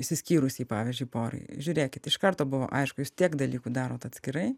išsiskyrusiai pavyzdžiui porai žiūrėkit iš karto buvo aišku jūs tiek dalykų darot atskirai